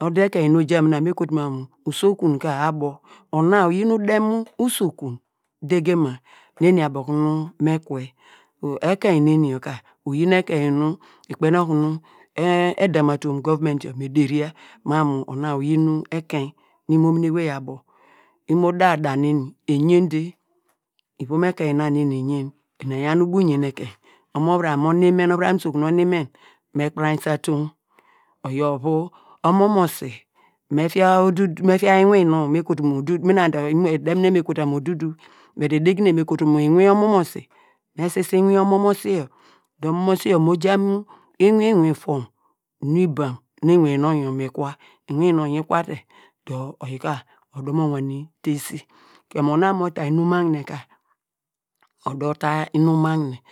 Ode ekein nu oya mina nu me kotu mam mu usokun ka abo, ona oyin udem usokun degema nu eni abo okunu me kwe, ekein neni yor ka oyin ekem nu ikpeiný okunu ehu edam atum govument yor me deri mam mu ona oyin ekein nu imo- mini ewey abo, imo da, da- ne ni eyen de, ivom ekein na nveni eyen, eni eyan ubo uyen ekum omo- vuram onimen, ovuram usokuri onimen me kpurainse atuw oyor ovu, omomosi me fia odu, me fia inwin nonw nu me kotu mu odudu mi na dor edemine me kotua mu odudu, bedi edegine me kotua mu inwin omomosi, me sise inwine omomosi yor dor omomosi yor mo ja mu inwin inwinfom, unu ibam nu inwinbnonw yor mi kwa, inwin nonw yor ikwa dor oyi kaodo mo wane ta esi, kemu onu abo kumu ta inum magne ka odo taa inum magne,